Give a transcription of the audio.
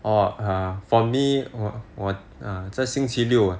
oh for me 我我 err 这星期六 ah